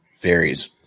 varies